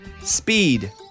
Speed